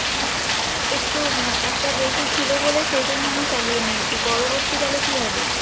আমার তো আসলে একটু একটা বেশি ছিল বলে সেই জন্য আমি চালিয়ে নিয়েছি পরবর্তীকালে কী হবে